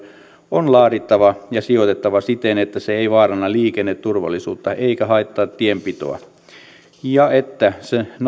on laadittava ja sijoitettava siten että se ei vaaranna liikenneturvallisuutta eikä haittaa tienpitoa ja että se